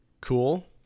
cool